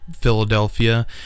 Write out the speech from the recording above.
Philadelphia